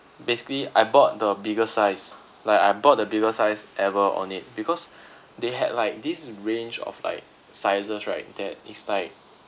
basically I bought the bigger size like I bought the bigger size ever on it because they had like this range of like sizes right that is like